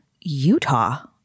utah